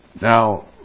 Now